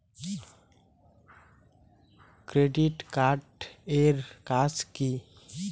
Credit card এর কাজ কি?